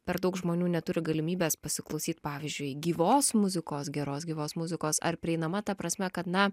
per daug žmonių neturi galimybės pasiklausyt pavyzdžiui gyvos muzikos geros gyvos muzikos ar prieinama ta prasme kad na